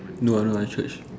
no ah no lah church